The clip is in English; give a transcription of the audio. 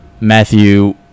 Matthew